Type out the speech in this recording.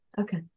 Okay